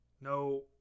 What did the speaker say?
No